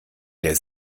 der